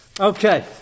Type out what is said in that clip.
Okay